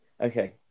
Okay